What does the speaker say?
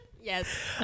Yes